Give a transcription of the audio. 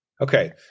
Okay